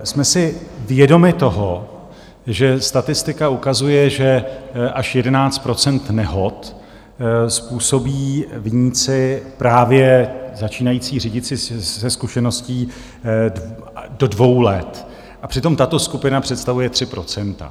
Jsme si vědomi toho, že statistika ukazuje, že až 11 % nehod způsobí viníci, právě začínající řidiči se zkušeností do dvou let, a přitom tato skupina představuje 3 %.